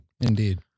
Indeed